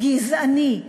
גזעני.